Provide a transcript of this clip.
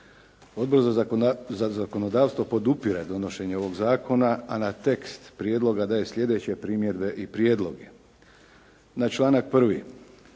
Odbor za zakonodavstvo podupire donošenje ovog zakona, a na tekst prijedloga daje sljedeće primjedbe i prijedloge. Na članak 1.